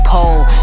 Pole